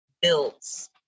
builds